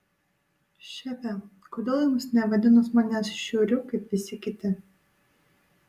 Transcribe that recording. šefe kodėl jums nevadinus manęs šiuriu kaip visi kiti